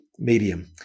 medium